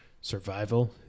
Survival